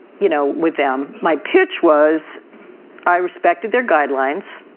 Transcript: you know with them my pitch was i respected their guidelines.